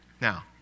Now